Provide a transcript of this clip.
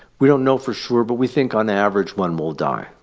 we don't know for sure, but we think, on average, one will die